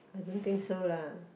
I don't think so lah